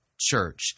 church